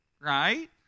right